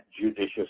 judicious